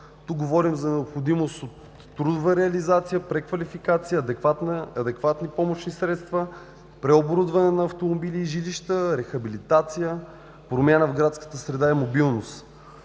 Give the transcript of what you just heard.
Тук говорим за необходимост от трудова реализация, преквалификация, адекватни помощни средства, преоборудване на автомобили и жилища, рехабилитация, промяна в градската среда и мобилност.